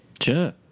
sure